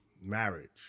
marriage